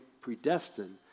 predestined